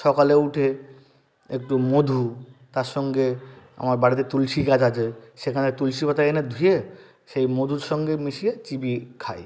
সকালে উঠে একটু মধু তার সঙ্গে আমার বাড়িতে তুলসী গাছ আছে সেখানে তুলসী পাতা এনে ধুয়ে সেই মধুর সঙ্গে মিশিয়ে চিবিয়ে খাই